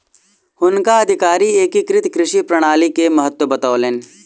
हुनका अधिकारी एकीकृत कृषि प्रणाली के महत्त्व बतौलैन